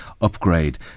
upgrade